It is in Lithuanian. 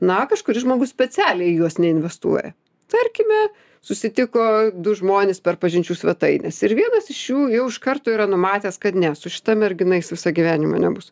na kažkuris žmogus specialiai juos neinvestuoja tarkime susitiko du žmonės per pažinčių svetaines ir vienas iš jų jau iš karto yra numatęs kad ne su šita mergina jis visą gyvenimą nebus